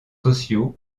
sociaux